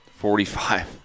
Forty-five